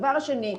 דבר שני,